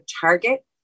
target